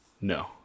No